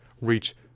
reach